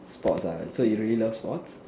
sports ah so you really love sports